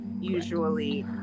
usually